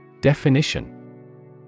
Definition